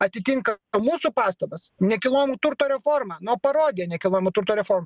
atitinka mūsų pastabas nekilnojamo turto reforma nu parodija ne nekilnojamo turto reforma